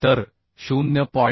तर 0